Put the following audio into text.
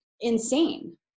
insane